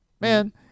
man